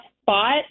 spot